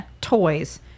toys